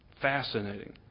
Fascinating